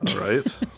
Right